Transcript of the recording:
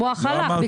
המוח הלך,